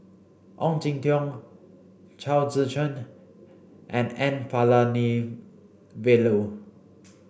Ong Jin Teong Chao Tzee Cheng and N Palanivelu